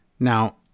Now